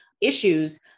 issues